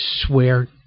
swear